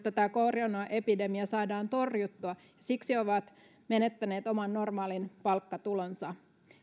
tämä koronaepidemia saadaan torjuttua ja ovat siksi menettäneet oman normaalin palkkatulonsa